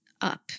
up